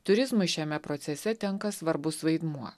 turizmui šiame procese tenka svarbus vaidmuo